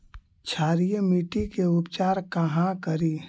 क्षारीय मिट्टी के उपचार कहा करी?